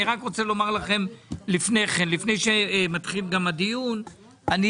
אני רק רוצה לומר לכם לפני שנתחיל את הדיון שאני